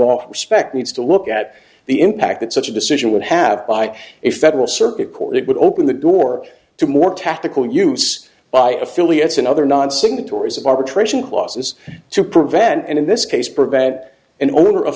all respect needs to look at the impact that such a decision would have by a federal circuit court it would open the door to more tactical use by affiliates and other non signatories of arbitration clauses to prevent and in this case prevent an owner of